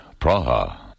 Praha